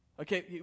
Okay